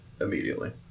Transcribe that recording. immediately